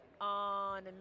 on